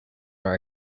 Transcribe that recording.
our